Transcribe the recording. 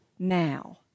now